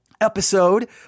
episode